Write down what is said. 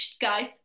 guys